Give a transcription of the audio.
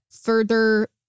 further